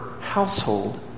household